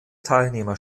teilnehmer